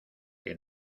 que